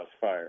fire